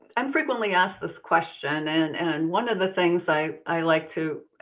and frequently asked this question, and and one of the things i i like to